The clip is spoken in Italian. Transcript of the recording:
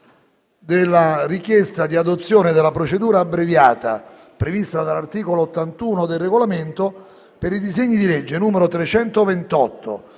la richiesta di adozione della procedura abbreviata, ai sensi dell'articolo 81 del Regolamento, per il disegno di legge n. 340.